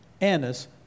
Annas